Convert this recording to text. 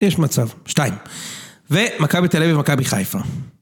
יש מצב 2 ומכבי תל אביב ומכבי חיפה